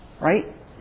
Right